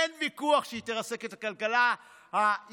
אין ויכוח שהיא תרסק את הכלכלה הישראלית.